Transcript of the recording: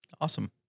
Awesome